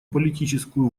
политическую